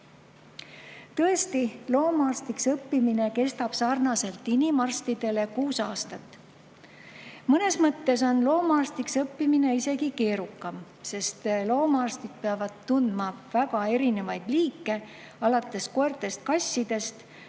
loomaarstiks õppimine kestab sarnaselt inimeste arstidega kuus aastat. Mõnes mõttes on loomaarstiks õppimine isegi keerukam, sest loomaarstid peavad tundma väga erinevaid liike alates koertest-kassidest